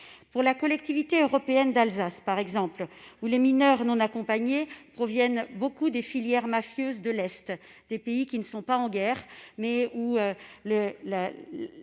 Pour la collectivité européenne d'Alsace, par exemple, où les mineurs non accompagnés viennent souvent des filières mafieuses des pays de l'Est, qui ne sont pas en guerre, mais où